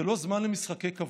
זה לא זמן משחקי כבוד,